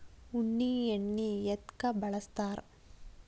ಉಣ್ಣಿ ಎಣ್ಣಿ ಎದ್ಕ ಬಳಸ್ತಾರ್?